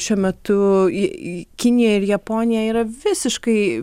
šiuo metu į kiniją ir japonija yra visiškai